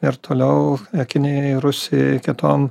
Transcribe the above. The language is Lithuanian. ir toliau kinijai rusijai kitom